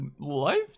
life